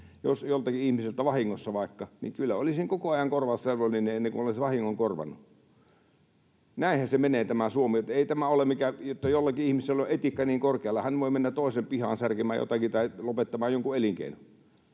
joltakin ihmiseltä vahingossa vaikka, niin kyllä olisin koko ajan korvausvelvollinen, ennen kuin olisin vahingon korvannut. Näinhän se menee Suomessa. Ei tämä ole mikään, että jollakin ihmisellä on etiikka niin korkealla, että hän voi mennä toisen pihaan särkemään jotakin tai lopettamaan jonkun elinkeinon.